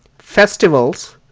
festivals,